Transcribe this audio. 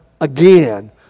again